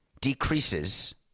decreases